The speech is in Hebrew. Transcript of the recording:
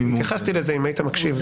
התייחסתי לזה אם היית מקשיב.